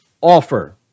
offer